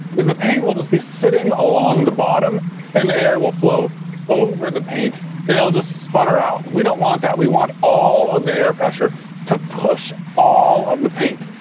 is the paint will just be sitting along the bottom and the air will flow over the paint and it'll just sputter out. we don't want that, we want all of the air pressure to push all of the paint.